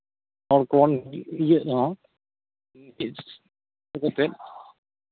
ᱦᱚᱲ ᱠᱚᱵᱚᱱ ᱤᱭᱟᱹᱜ ᱨᱮᱦᱚᱸ ᱪᱮᱫ ᱠᱚ ᱠᱟᱛᱮᱫ